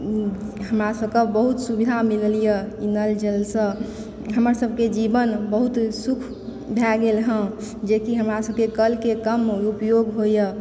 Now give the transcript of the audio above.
हमरा सबके बहुत सुविधा मिलल यऽ नल जल सॅं हमर सबके जीवन बहुत सुख भए गेल हँ जेकि हमरा सबके कल के कम उपयोग होय यऽ